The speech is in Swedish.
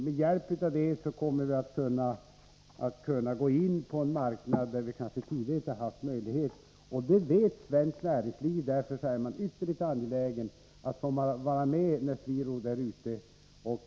Med hjälp av det kommer vi att kunna gå in på en marknad som vi kanske tidigare inte haft möjlighet att beträda. Det vet svenskt näringsliv, och därför är man ytterligt angelägen att få vara med när SweRoad bjuder ut sina tjänster.